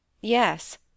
Yes